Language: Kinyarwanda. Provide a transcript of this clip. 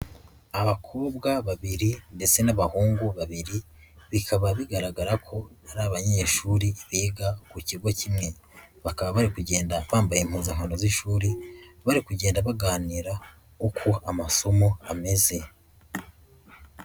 Abakobwa babiri ndetse n'abahungu babiri bikaba bigaragara ko ari banyeshuri biga ku kigo kimwe, bakaba bari kugenda bambaye impuzankano z'ishuri bari kugenda baganira uko amasomo ameze.